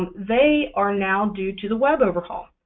they are now due to the web overhaul.